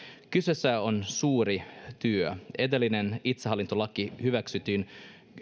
kyseessä on suuri työ edellinen itsehallintolaki hyväksyttiin